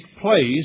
place